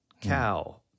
cow